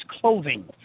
clothing